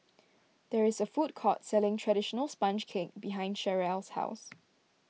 there is a food court selling Traditional Sponge Cake behind Cherrelle's house